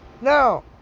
No